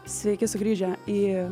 sveiki sugrįžę į